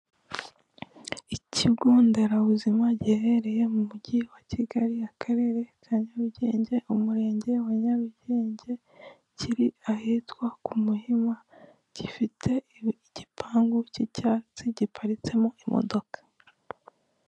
Ikigo nderabuzima giherereye mu mujyi wa Kigali akarere ka Nyarugenge umurenge wa nyarugenge kiri ahitwa ku Muhima gifite igipangu cy'icyatsi giparitsemo imodoka .